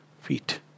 feet